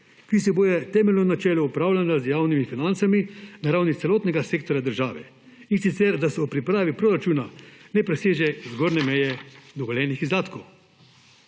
ki vsebuje temeljno načelo upravljanja z javnimi financami na ravni celotnega sektorja država, in sicer da se v pripravi proračuna ne preseže zgornje meje dovoljenih izdatkov.